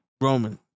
Roman